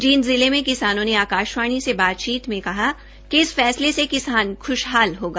जींद जिले मे किसानों ने आकाशवाणी से बातचीत मे कहा कि इस फैसले से किसान ख्शहाल होगा